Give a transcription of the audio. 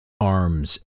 arms